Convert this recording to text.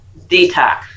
detox